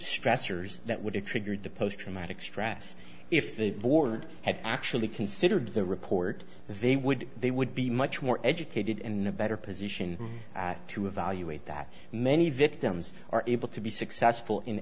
stressors that would have triggered the post traumatic stress if the board had actually considered the report they would they would be much more educated and in a better position to evaluate that many victims are able to be successful in